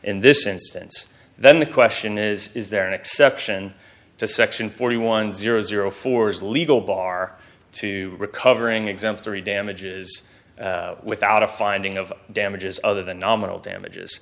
in this instance then the question is is there an exception to section forty one zero zero four is legal bar to recovering exemplary damages without a finding of damages other than nominal damages